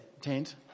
tent